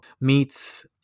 meets